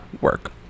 work